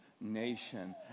nation